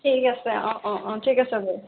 ঠিক আছে অঁ অঁ অঁ ঠিক আছে বাৰু